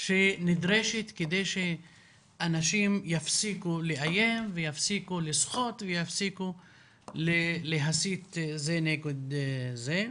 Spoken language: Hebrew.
שנדרשת כדי שאנשים יפסיקו לאיים ויפסיקו לסחוט ויפסיקו להסית זה נגד זה.